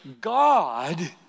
God